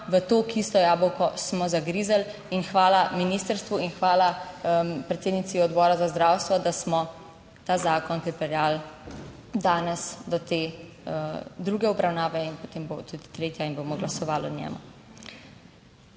v to kislo jabolko smo zagrizli in hvala ministrstvu in hvala predsednici Odbora za zdravstvo, da smo ta zakon pripeljali danes do te druge obravnave in potem bo tudi tretja in bomo glasovali o njem.